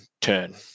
turn